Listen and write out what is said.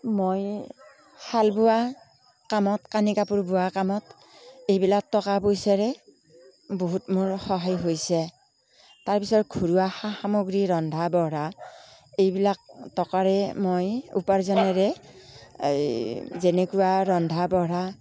মই শাল বোৱা কামত কানি কাপোৰ বোৱা কামত এইবিলাক টকা পইচাৰে বহুত মোৰ সহায় হৈছে তাৰ পিছত ঘৰুৱা সা সামগ্ৰী ৰন্ধা বঢ়া এইবিলাক টকাৰে মই উপাৰ্জনেৰে মই যেনেকুৱা ৰন্ধা বঢ়া